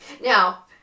Now